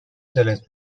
دلت